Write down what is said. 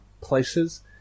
places